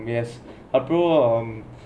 yes அப்புறம்:appuram um